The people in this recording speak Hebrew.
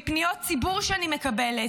מפניות ציבור שאני מקבלת,